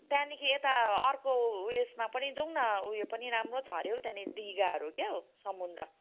त्यहाँदेखि यता अर्को ऊ यसमा पनि जाऔँ न ऊ यो पनि राम्रो छ अरे हो त्यहाँनेरि डिगाहरू क्या हो समुद्र